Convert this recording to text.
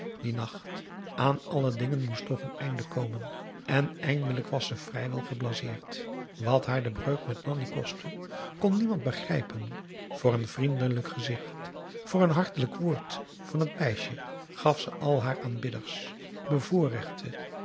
dien nacht aan alle dingen moest toch een einde komen en eigenlijk was ze vrij wel geblaseerd wat haar de breuk met nanni kostte kon niemand begrijpen voor een vriendelijk gezicht voor een hartelijk woord van het meisje gaf ze al haar aanbidders bevoorrechte